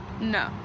No